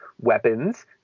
weapons